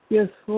Yes